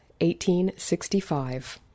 1865